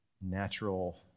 natural